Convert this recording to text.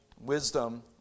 wisdom